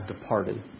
departed